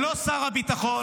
זה לא שר הביטחון,